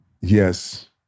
yes